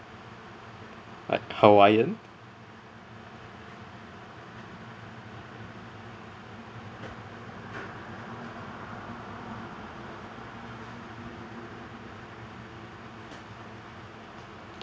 what hawaiian